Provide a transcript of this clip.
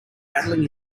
paddling